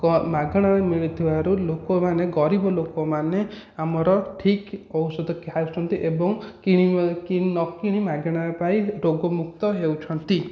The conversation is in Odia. କଁ ମାଗଣାରେ ମିଳୁଥିବାରୁ ଲୋକମାନେ ଗରିବ ଲୋକମାନେ ଆମର ଠିକ ଔଷଧ ଖାଉଛନ୍ତି ଏବଂ କିଣି ନ କିଣି ମାଗଣା ପାଇ ରୋଗମୁକ୍ତ ହେଉଛନ୍ତି